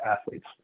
athletes